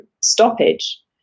stoppage